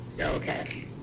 Okay